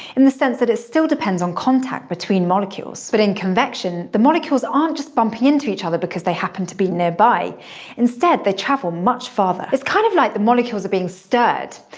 in the sense that it still depends on contact between molecules. but in convection, the molecules aren't just bumping into each other because they happen to be nearby instead, they travel much farther. it's kind of like the molecules are being stirred.